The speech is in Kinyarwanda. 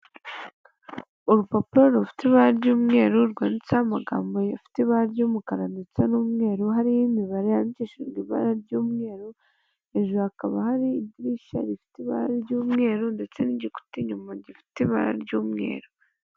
Urupapuro rufite ibara ry'umweru rwanditseho amagambo afite ibara ry'umukara ndetse n'umweru, hariho imibare yandishijwe ibara ry'umweru, hejuru hakaba hari idirishya rifite ibara ry'umweru ndetse n'igikuta inyuma gifite ibara ry'umweru.